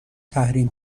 تحریم